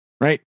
right